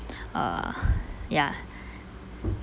uh ya